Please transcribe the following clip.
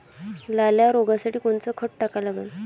लाल्या रोगासाठी कोनचं खत टाका लागन?